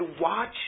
watch